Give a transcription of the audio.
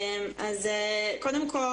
שלום,